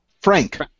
Frank